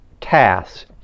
tasks